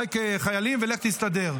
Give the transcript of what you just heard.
במזרק חיילים, ולך תסתדר.